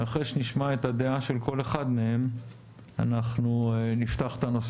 ואחרי שנשמע את הדעה של כל אחד מהם אנחנו נפתח את הנושא